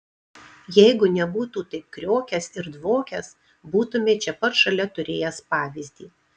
jeigu nebūtų taip kriokęs ir dvokęs būtumei čia pat šalia turėjęs pavyzdį